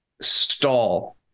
stall